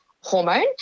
hormone